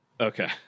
Okay